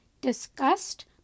discussed